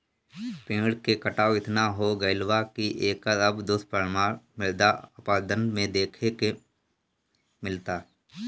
पेड़ के कटाव एतना हो गईल बा की एकर अब दुष्परिणाम मृदा अपरदन में देखे के मिलता